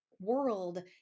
world